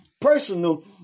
personal